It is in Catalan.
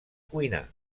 cuinar